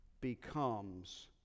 becomes